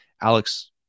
Alex